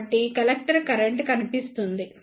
కాబట్టి collector current కనిపిస్తుంది